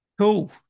Cool